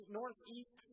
northeast